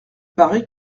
paraît